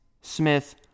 Smith